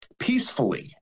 peacefully